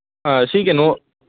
ꯑꯥ ꯁꯤ ꯀꯩꯅꯣ